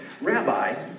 Rabbi